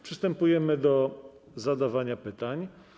Przystępujemy do zadawania pytań.